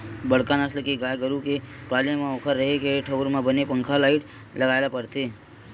बड़का नसल के गाय गरू के पाले म ओखर रेहे के ठउर म बने पंखा, लाईट लगाए ल परथे